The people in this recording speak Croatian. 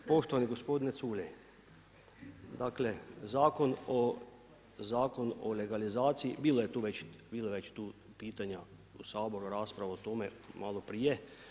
Poštovani gospodine Culej, dakle, Zakon o legalizaciji, bilo je tu već pitanja u Saboru, raspravu o tome maloprije.